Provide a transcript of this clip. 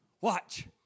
Watch